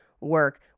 work